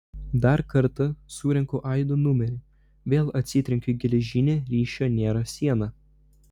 dar kartą surenku aido numerį vėl atsitrenkiu į geležinę ryšio nėra sieną